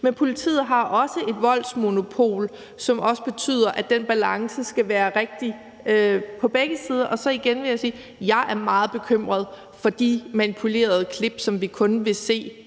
Men politiet har også et voldsmonopol, som betyder, at den balance skal være rigtig på begge sider. Igen vil jeg sige, at jeg er meget bekymret for de manipulerede klip, som vi kun vil se